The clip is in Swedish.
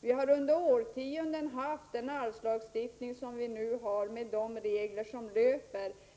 Vi har under årtionden haft den arvslagstiftning som i dag gäller.